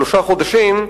שלושה חודשים,